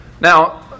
Now